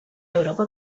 europa